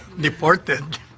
deported